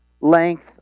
length